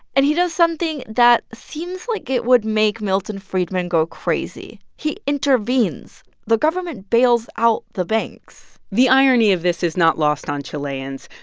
and he does something that seems like it would make milton friedman go crazy. he intervenes. the government bails out the banks the irony of this is not lost on chileans.